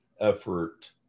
effort